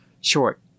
short